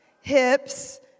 hips